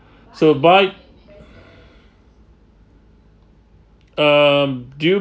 so buy um do you